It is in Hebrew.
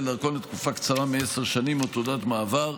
דרכון לתקופה הקצרה מעשר שנים או תעודת מעבר,